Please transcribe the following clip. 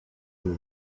you